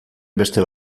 beste